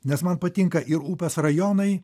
nes man patinka ir upės rajonai